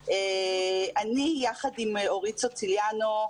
אני יחד עם אורית סוליציאנו,